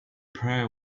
prayer